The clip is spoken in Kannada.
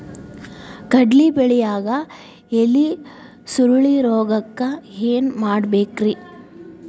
ಕಡ್ಲಿ ಬೆಳಿಯಾಗ ಎಲಿ ಸುರುಳಿರೋಗಕ್ಕ ಏನ್ ಮಾಡಬೇಕ್ರಿ?